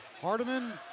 Hardiman